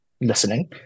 listening